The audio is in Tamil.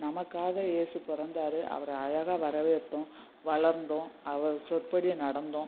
நமக்காக ஏசு பிறந்தாரு அவரை அழகாக வரவேற்றோம் வளர்ந்தோம் அவர் சொற்படி நடந்தோம்